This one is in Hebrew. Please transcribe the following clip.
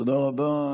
תודה רבה.